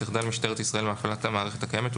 תחדל משטרת ישראל מהפעלת המערכת הקיימת,